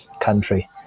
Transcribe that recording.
country